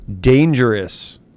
dangerous